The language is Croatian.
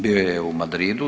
Bio je u Madridu.